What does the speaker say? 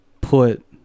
put